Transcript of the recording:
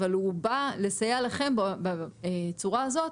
אבל הוא בא לסייע לכם בצורה הזאת,